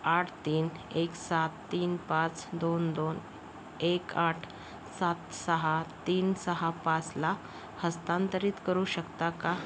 आठ तीन एक सात तीन पाच दोन दोन एक आठ सात सहा तीन सहा पाचला हस्तांतरित करू शकता का